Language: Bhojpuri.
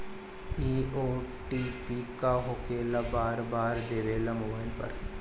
इ ओ.टी.पी का होकेला बार बार देवेला मोबाइल पर?